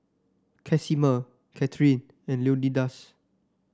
Casimer Katharine and Leonidas